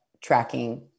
tracking